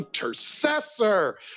intercessor